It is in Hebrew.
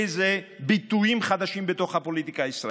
אילו ביטויים חדשים בתוך הפוליטיקה הישראלית.